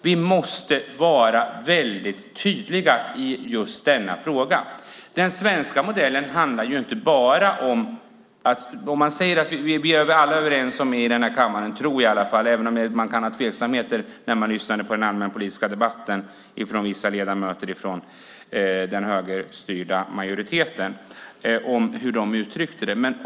Vi måste vara väldigt tydliga i just denna fråga. Alla i denna kammare är, tror jag, överens - även om man kan vara tveksam efter att i den allmänpolitiska debatten ha lyssnat på hur vissa ledamöter i den högerstyrda majoriteten uttryckte sig.